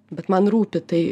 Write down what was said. bet man rūpi tai